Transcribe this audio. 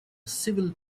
civil